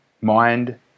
Mind